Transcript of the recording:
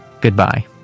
goodbye